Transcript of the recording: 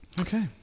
okay